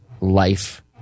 life